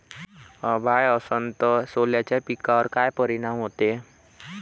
अभाळ असन तं सोल्याच्या पिकावर काय परिनाम व्हते?